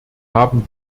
haben